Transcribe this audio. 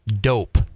dope